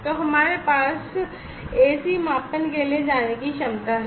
तो हमारे पास एसी मापन के लिए जाने की क्षमता है